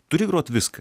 turi grot viską